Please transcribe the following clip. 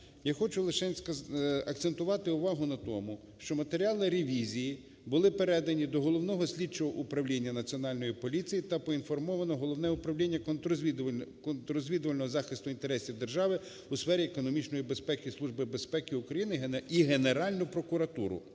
Я хочу лишень акцентувати увагу на тому, що матеріали ревізії були передані до Головного слідчого управління Національної поліції та проінформовано Головне управління контррозвідувального захисту інтересів держави у сфері економічної безпеки і Служби безпеки України, і Генеральну прокуратуру,